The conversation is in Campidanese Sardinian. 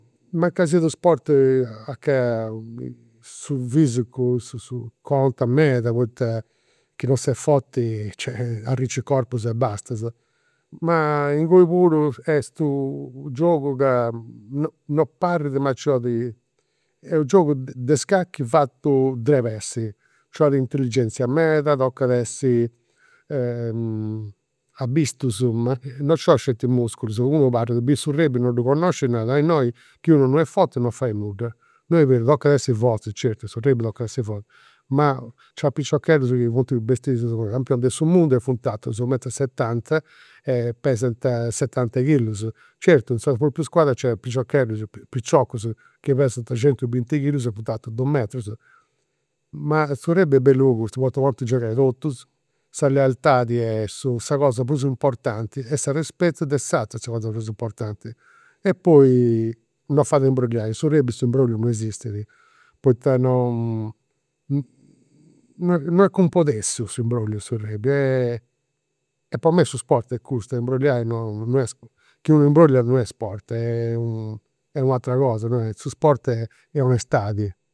Mancai siat u' sport a ca su fisicu contat meda poita chi non s'est forti, cioè, arricis corpus e basta. Ma inguni puru est u' giogu ca, non parrit, ma nci 'olit, est u' giogu de scacchi fatu de pressi. Nci 'olit intelligenziameda, tocat a essi abistus, ma non nci 'olint sceti musculus, unu parit, biri su rugby, non ddu connoscit e narat, innoi chi unu non est forti non fait nudda. Non est berus, tocat a essi fortis, certu in su rugby tocat a essi fortis, ma nci 'olint piciocheddus chi funt bessius campionis de su mundu e funt u' metru e setanta e pesant setanta chilus. Certu in sa propriu squadra nc'est piciocheddus, piciocus, chi pesant centubinti chilus e funt dus metrus. Ma su rugby est bellu po cussu, poita podint giogai totus, sa lealtadi est sa cosa prus importanti e s'arrispetu de s'aturu sa cosa prus importanti. E poi non fait a imbrolliai, in su rugby s'imbrolliu non esistit, poita non non est cumpodessiu s'imbrolliu. E po mei su sport est custu e imbrolliai non non est, chi unu imbrolliat non est sport est u' atera cosa, su sport est onestadi